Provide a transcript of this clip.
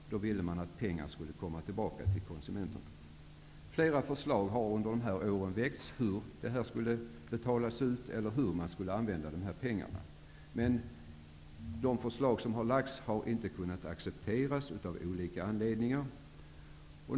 Man ville att pengar skulle komma tillbaka till konsumenterna. Flera förslag till hur dessa pengar skall betalas och hur man skall använda dem har väckts under dessa år. Men de förslag som har lagts fram har man av olika anledningar inte kunnat acceptera.